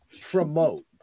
promote